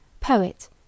poet